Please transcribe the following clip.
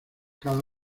cada